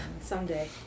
someday